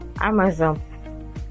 Amazon